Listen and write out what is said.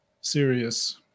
serious